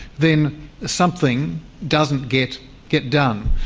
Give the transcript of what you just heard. then something doesn't get get done.